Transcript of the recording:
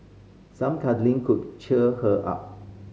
some cuddling could cheer her up